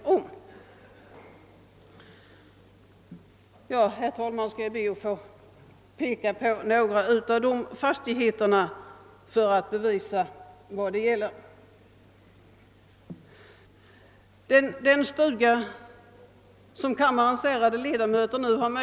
Herr talman! Jag skall be att, med hänvisning till TV-rutan här i kammaren, få demonstrera några av de ifrågavarande fastighetstyperna för att visa vad det är fråga om.